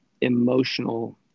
emotional